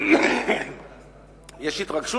יש התרגשות.